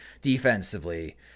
defensively